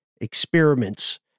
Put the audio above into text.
experiments